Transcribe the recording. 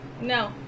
No